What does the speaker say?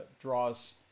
draws